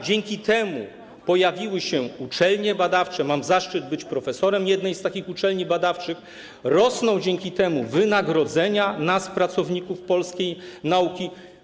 Dzięki temu pojawiły się uczelnie badawcze - mam zaszczyt być profesorem jednej z takich uczelni badawczych - rosną dzięki temu nasze wynagrodzenia, pracowników polskiej nauki.